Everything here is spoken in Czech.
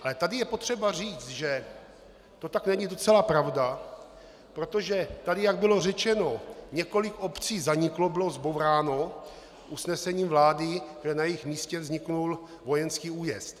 Ale tady je potřeba říci, že to tak není docela pravda, protože jak bylo řečeno, několik obcí zaniklo, bylo zbouráno usnesením vlády, kde na jejich místě vznikl vojenský újezd.